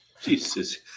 Jesus